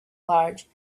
large